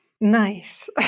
Nice